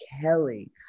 Kelly